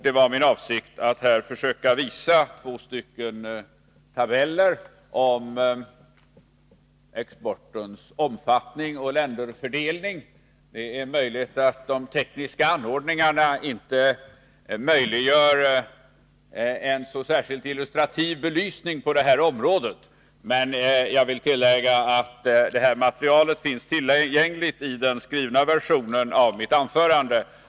Det var min avsikt att här försöka visa två tabeller om exportens omfattning och länderfördelning. De tekniska anordningarna kanske inte möjliggör en så särskilt illustrativ belysning, men detta material finns tillgängligt i den skrivna versionen av mitt anförande.